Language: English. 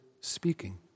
speaking